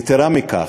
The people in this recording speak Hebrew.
יתרה מכך,